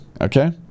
okay